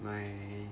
my